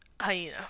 Hyena